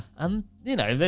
and you know,